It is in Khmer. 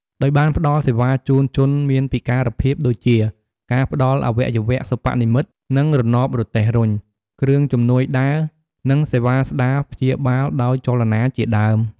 ដោយបានផ្ដល់សេវាជូនជនមានពិការភាព ដូចជា ការផ្ដល់អាវៈយវៈសិប្បនិម្មិត និងរណបរទេះរុញ គ្រឿងជំនួយដើរ និងសេវាស្តារព្យាបាលដោយចលនាជាដើម។